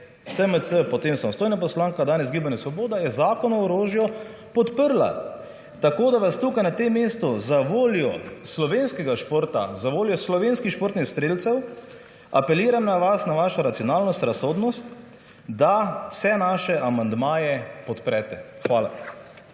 prej SMC, potem samostojna poslanka, danes Gibanje Svoboda, je Zakon o orožju podprla. Tako, da vas tukaj na tem mestu za voljo slovenskega športa, za voljo slovenskih športnih strelcev, apeliram na vas, na vašo racionalnost, razsodnost, da vse naše amandmaje podprete. Hvala.